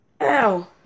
Ow